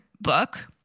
book